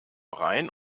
rhein